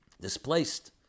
displaced